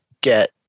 get